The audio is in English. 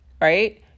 Right